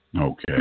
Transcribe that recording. Okay